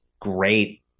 great